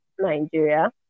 nigeria